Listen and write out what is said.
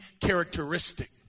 characteristic